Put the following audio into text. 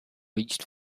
reached